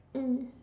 mm